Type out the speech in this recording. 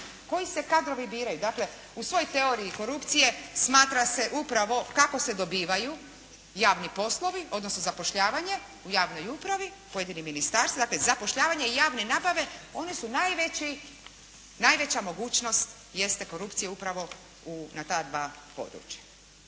koji se kadrovi biraju? Dakle, u svoj teoriji korupcije smatra se upravo kako se dobivaju javni poslovi, odnosno zapošljavanje u javnoj upravi, pojedinim ministarstvima, dakle zapošljavanje javne nabave, oni su najveća mogućnost jeste korupcija upravo na ta dva područja.